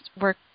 work